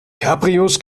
cabrios